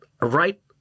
right